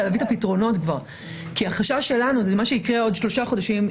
אלא להביא את הפתרונות כבר; כי החשש שלנו הוא שיקרה עוד שלושה חודשים,